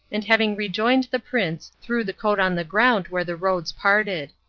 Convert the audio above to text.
and having rejoined the prince threw the coat on the ground where the roads parted.